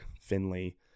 Finley